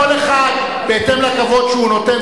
כל אחד בהתאם לכבוד שהוא נותן,